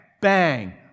Bang